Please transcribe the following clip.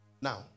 Now